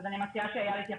אני מציעה שאייל יתייחס.